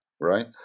right